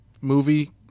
movie